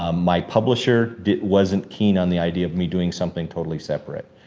um my publisher wasn't keen on the idea of me doing something totally separate.